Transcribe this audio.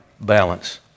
balance